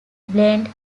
blend